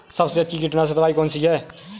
सबसे अच्छी कीटनाशक दवाई कौन सी है?